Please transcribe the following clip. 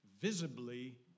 Visibly